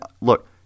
look